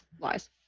lies